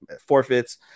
forfeits